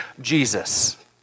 Jesus